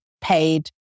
paid